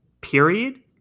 period